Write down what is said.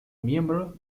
miembro